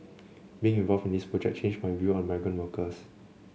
being involved in this project changed my view on migrant workers